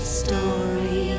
story